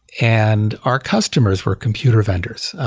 and our customers were computer vendors.